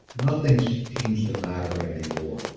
nothing so seems to matter anymore.